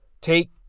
take